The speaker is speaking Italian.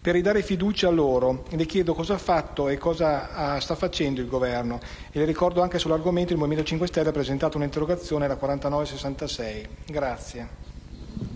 Per ridare fiducia a loro, le chiedo cosa ha fatto e cosa sta facendo il Governo. Le ricordo anche che, sull'argomento, il Movimento 5 Stelle ha presentato un'interrogazione, la